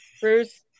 Bruce